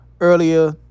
earlier